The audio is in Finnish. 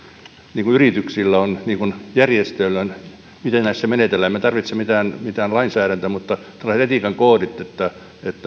niin kuin yrityksillä on niin kuin järjestöillä on miten näissä menetellään emme tarvitse mitään mitään lainsäädäntöä mutta tällaiset etiikan koodit